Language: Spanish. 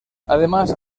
además